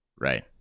Right